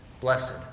Blessed